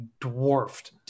dwarfed